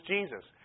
Jesus